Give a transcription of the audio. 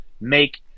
make